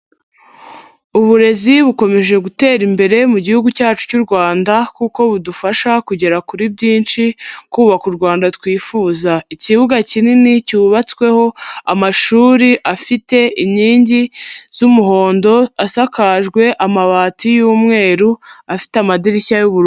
Uburezi bukomeje gutera imbere mu gihugu cyacu cy'u Rwanda kuko budufasha kugera kuri byinshi, kubaka u Rwanda twifuza. Ikibuga kinini cyubatsweho amashuri afite inkingi z'umuhondo, asakajwe amabati y'umweru, afite amadirishya y'uburu.